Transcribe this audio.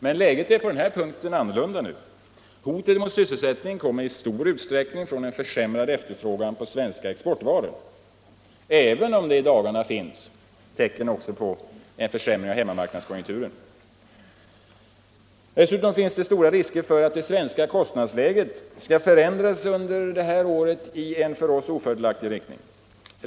Men läget är på den punkten annorlunda nu. Hotet mot sysselsättningen kommer i stor utsträckning från en försämrad efterfrågan på svenska exportvaror, även om det i dagarna också finns tecken på en försämrad hemmamarknadskonjunktur. Dessutom finns stora risker för att det svenska kostnadsläget skall förändras under året i mycket ofördelaktig riktning.